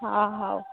ହଁ ହଉ